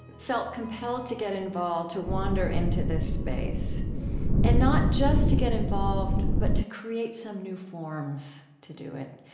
felt compelled to get involved, to wander into this space and not just to get involved, but to create some new forms to do it.